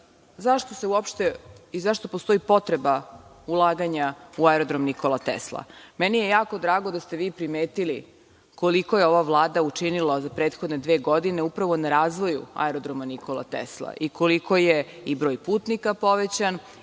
te informacije.Zašto postoji potreba ulaganja u Aerodrom „Nikola Tesla“? Meni je jako drago da ste vi primetili koliko je ova vlada učinila od prethodne dve godine upravo na razvoju Aerodroma „Nikola Tesla“ i koliko je i broj putnika povećan